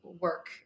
work